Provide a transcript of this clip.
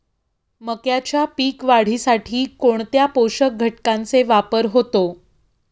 मक्याच्या पीक वाढीसाठी कोणत्या पोषक घटकांचे वापर होतो?